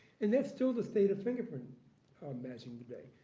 and that's still the state of fingerprint matching today.